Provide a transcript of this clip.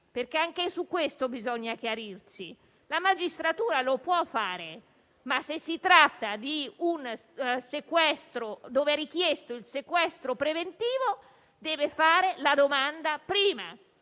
possa fare. Su questo bisogna chiarirsi: la magistratura lo può fare, ma se si tratta di un caso in cui è richiesto il sequestro preventivo, deve fare la domanda prima.